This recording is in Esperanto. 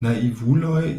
naivuloj